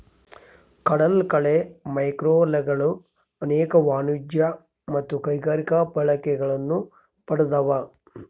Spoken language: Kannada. ಕಡಲಕಳೆ ಮ್ಯಾಕ್ರೋಲ್ಗೆಗಳು ಅನೇಕ ವಾಣಿಜ್ಯ ಮತ್ತು ಕೈಗಾರಿಕಾ ಬಳಕೆಗಳನ್ನು ಪಡ್ದವ